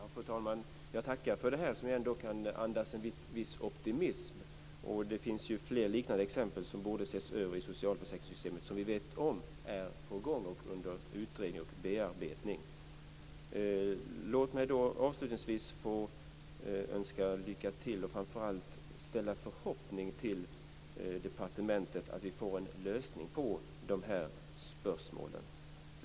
Fru talman! Jag tackar för detta svar, som ändå andas en viss optimism. Det finns fler exempel på att liknande frågor inom socialförsäkringssystemet ses över. Vi vet att detta är på gång och att frågorna är under utredning och bearbetning. Låt mig avslutningsvis få önska lycka till och framför allt uttrycka mina förhoppningar om att vi får en lösning på dessa spörsmål.